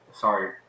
sorry